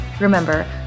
Remember